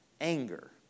anger